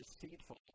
deceitful